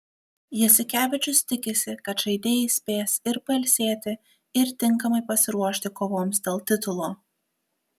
jasikevičius tikisi kad žaidėjai spės ir pailsėti ir tinkamai pasiruošti kovoms dėl titulo